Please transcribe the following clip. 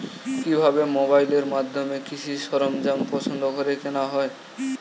কিভাবে মোবাইলের মাধ্যমে কৃষি সরঞ্জাম পছন্দ করে কেনা হয়?